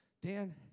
Dan